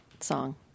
song